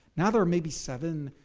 now there are maybe seven,